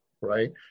right